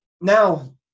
Now